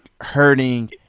hurting